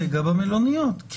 במלוניות?